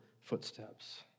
footsteps